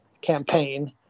campaign